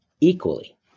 equally